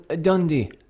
Dundee